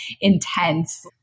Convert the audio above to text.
intense